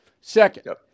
Second